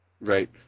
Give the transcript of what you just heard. Right